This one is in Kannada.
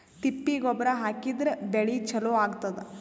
ತಿಪ್ಪಿ ಗೊಬ್ಬರ ಹಾಕಿದ್ರ ಬೆಳಿ ಚಲೋ ಆಗತದ?